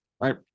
right